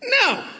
no